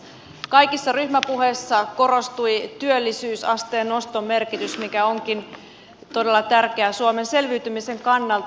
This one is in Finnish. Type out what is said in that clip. kaikissa ryhmäpuheissa korostui työllisyysasteen noston merkitys mikä onkin todella tärkeä suomen selviytymisen kannalta